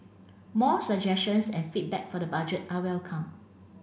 more suggestions and feedback for the Budget are welcome